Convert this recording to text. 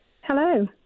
Hello